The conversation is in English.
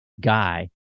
guy